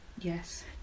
yes